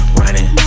running